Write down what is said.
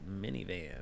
minivan